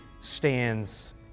stands